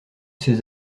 ces